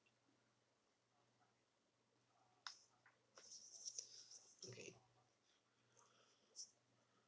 okay